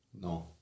no